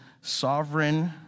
sovereign